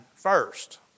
first